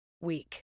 week